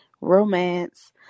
romance